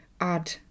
add